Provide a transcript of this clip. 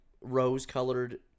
rose-colored